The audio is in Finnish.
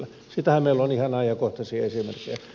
siitähän meillä on ihan ajankohtaisia esimerkkejä